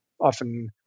often